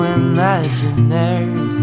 imaginary